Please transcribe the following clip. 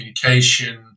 communication